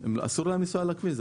אסור להם לנסוע על הכביש.